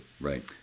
right